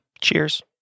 Cheers